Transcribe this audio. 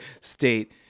state